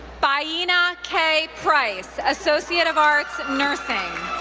bayyinah k. price, associate of arts, nursing.